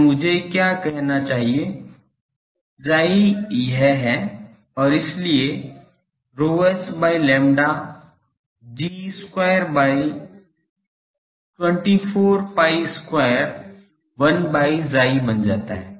तो मुझे क्या कहना चाहिए Chi यह है और इसलिए ρh by lambda G square by 24 pi square 1 by Chi बन जाता है